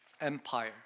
empire